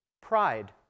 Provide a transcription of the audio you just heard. Pride